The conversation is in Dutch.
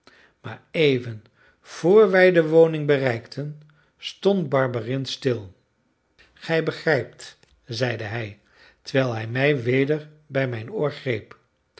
maar even vr wij de woning bereikten stond barberin stil gij begrijpt zeide hij terwijl hij mij weder bij mijn oor greep